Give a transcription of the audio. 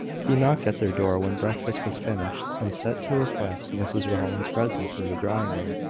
he knocked at their door when breakfast was finished, and sent to request mrs rowland's presence in the drawing-room.